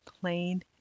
plain